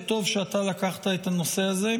וטוב שאתה לקחת את הנושא הזה.